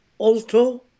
alto